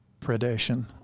predation